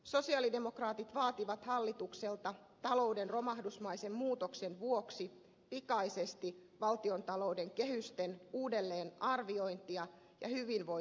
sosialidemokraatit vaativat hallitukselta talouden romahdusmaisen muutoksen vuoksi pikaisesti valtiontalouden kehysten uudelleen arviointia ja hyvinvointielvytystä